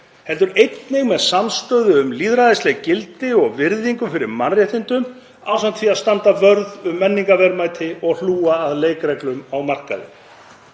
heldur einnig með samstöðu um lýðræðisleg gildi og virðingu fyrir mannréttindum ásamt því að standa vörð um menningarverðmæti og hlúa að leikreglum á markaði.